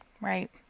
Right